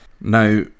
Now